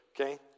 Okay